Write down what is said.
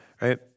right